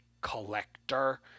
collector